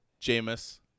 Jameis